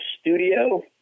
studio